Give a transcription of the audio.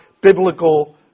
biblical